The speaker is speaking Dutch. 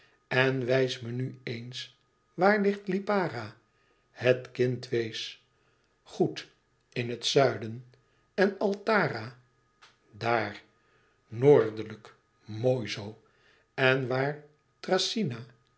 en wijs me nu eens waar ligt lipara het kind wees goed in het zuiden en altara daar noordelijk mooi zoo en waar